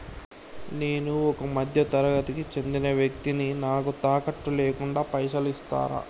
నేను ఒక మధ్య తరగతి కి చెందిన వ్యక్తిని నాకు తాకట్టు లేకుండా పైసలు ఇస్తరా?